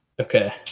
Okay